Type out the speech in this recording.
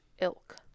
Ilk